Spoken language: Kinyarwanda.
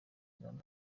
kagame